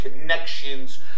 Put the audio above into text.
connections